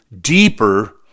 deeper